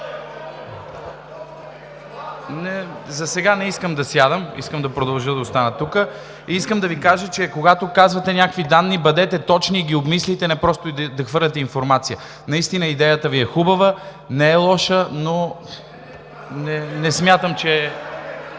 Засега не искам да сядам. Искам да продължа да остана тук. Искам да Ви кажа, че когато казвате някакви данни, бъдете точни и ги обмисляйте, не просто да хвърляте информация. Наистина идеята Ви е хубава, не е лоша, но не смятам, че